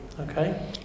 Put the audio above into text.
Okay